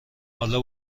حالا